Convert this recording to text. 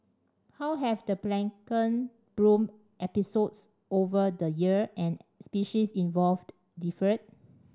how have the plankton bloom episodes over the year and species involved differed